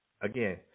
again